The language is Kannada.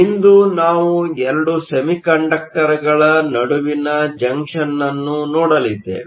ಇಂದು ನಾವು 2 ಸೆಮಿಕಂಡಕ್ಟರ್ಗಳ ನಡುವಿನ ಜಂಕ್ಷನ್ನ್ನು ನೋಡಲಿದ್ದೇವೆ